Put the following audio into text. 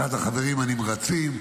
אחד החברים הנמרצים,